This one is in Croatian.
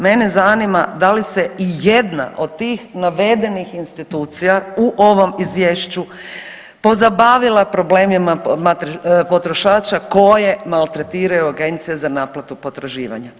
Mene zanima da li se i jedna od tih navedenih institucija u ovom Izvješću pozabavila problemima potrošača koje maltretiraju agencije za naplatu potraživanja?